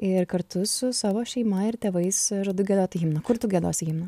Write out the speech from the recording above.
ir kartu su savo šeima ir tėvais ir du giedoti himną tai kur tu giedosi himną